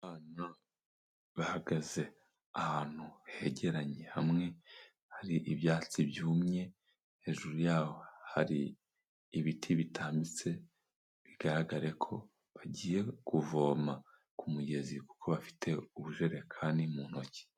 Abana bahagaze ahantu hegeranye hamwe hari ibyatsi byumye, hejuru yaho hari ibiti bitambitse bigaragare ko bagiye kuvoma ku mugezi kuko bafite ubujerekani mu ntoki.